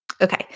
Okay